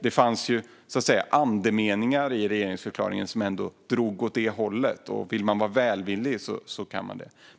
Det fanns ju så att säga andemeningar i regeringsförklaringen som ändå drog åt det hållet, och vill vi vara välvilliga kan vi ta fasta på det.